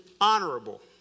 honorable